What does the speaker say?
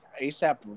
ASAP